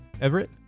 Everett